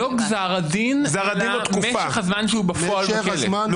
לא גזר הדין אלא משך הזמן שהוא בפועל בכלא.